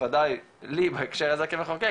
וודאי לי בהקשר הזה כמחוקק,